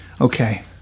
Okay